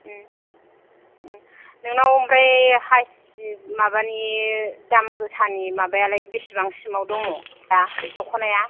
नोंनाव ओमफ्राय हाइस माबानि दामगोसानि माबायालाय बिसिबांसिमाव दङ दा दख'नाया